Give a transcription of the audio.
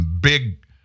big